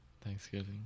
Thanksgiving